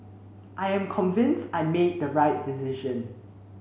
I am convinced I made the right decision